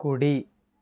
కుడి